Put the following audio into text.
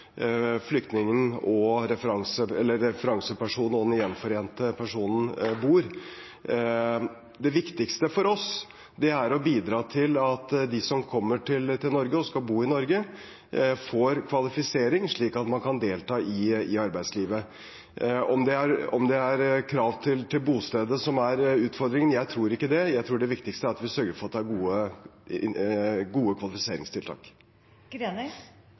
referansepersonen og den gjenforente personen bor. Det viktigste for oss er å bidra til at de som kommer til Norge og skal bo i Norge, får kvalifisering slik at man kan delta i arbeidslivet. Om det er krav til bostedet som er utfordringen – jeg tror ikke det, jeg tror det viktigste er at vi sørger for at det er gode